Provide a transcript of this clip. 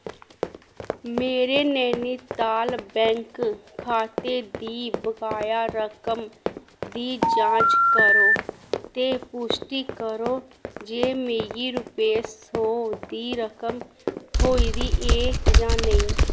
मेरे नैनीताल बैंक खाते दी बकाया रकम दी जांच करो ते पुश्टी करो जे मिगी रुपे सौ दी रकम थ्होई दी ऐ जां नेईं